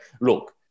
look